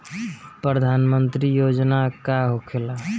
प्रधानमंत्री योजना का होखेला?